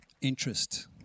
interest